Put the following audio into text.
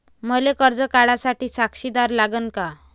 मले कर्ज काढा साठी साक्षीदार लागन का?